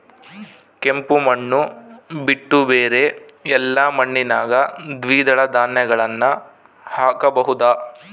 ಕೆಂಪು ಮಣ್ಣು ಬಿಟ್ಟು ಬೇರೆ ಎಲ್ಲಾ ಮಣ್ಣಿನಾಗ ದ್ವಿದಳ ಧಾನ್ಯಗಳನ್ನ ಹಾಕಬಹುದಾ?